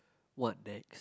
what next